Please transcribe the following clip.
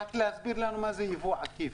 שיסבירו לנו מה זה ייבוא עקיף.